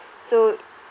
so